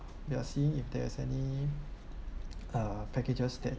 we are seeing if there's any uh packages that